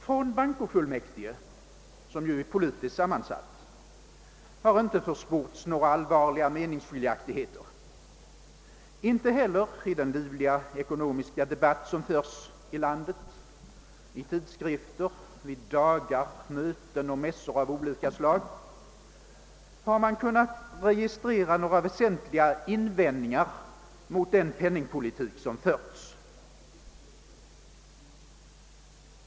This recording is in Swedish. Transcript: Från bankofullmäktige, som ju är politiskt sammansatt, har inte försports några allvarliga meningsskiljaktigheter. Inte heller i den livliga ekonomiska debatt som förs i landet i tidskrifter, vid »dagar», möten och mässor av olika slag har man kunnat registrera några väsentliga invändningar mot den penningpolitik som förs.